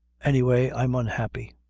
any way i'm unhappy.